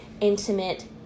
intimate